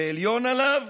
ולעליון עליו,